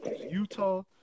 Utah